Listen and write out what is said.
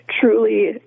truly